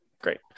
Great